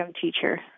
teacher